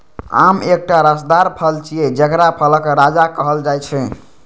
आम एकटा रसदार फल छियै, जेकरा फलक राजा कहल जाइ छै